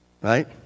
Right